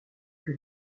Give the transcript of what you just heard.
que